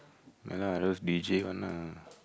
ya lah those D_J one lah